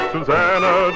Susanna